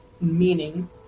meaning